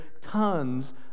tons